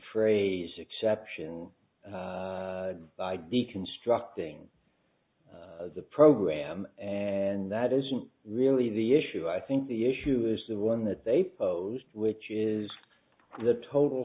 phrase exception by deconstructing the program and that isn't really the issue i think the issue is the one that they posed which is the total